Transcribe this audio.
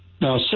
Now